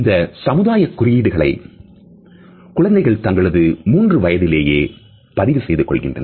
இந்தச் சமுதாய குறியீடுகளை குழந்தைகள் தங்களது மூன்று வயதிலேயே பதிவு செய்து கொள்கின்றனர்